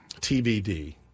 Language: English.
TBD